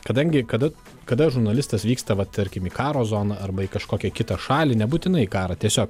kadangi kada kada žurnalistas vyksta vat tarkim į karo zoną arba į kažkokią kitą šalį nebūtinai į karą tiesiog